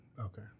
Okay